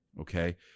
Okay